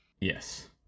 Yes